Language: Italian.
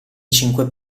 cinque